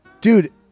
dude